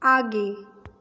आगे